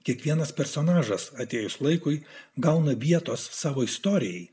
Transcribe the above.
kiekvienas personažas atėjus laikui gauna vietos savo istorijai